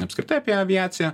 apskritai apie aviaciją